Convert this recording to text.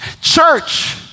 Church